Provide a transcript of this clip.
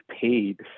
paid